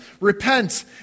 Repent